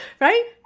Right